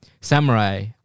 samurai